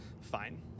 fine